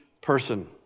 person